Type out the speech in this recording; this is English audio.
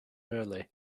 early